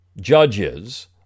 judges